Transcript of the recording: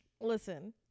listen